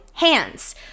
hands